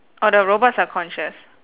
orh the robots are conscious